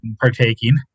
partaking